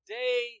day